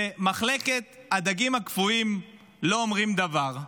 ומחלקת הדגים הקפואים לא אומרים דבר?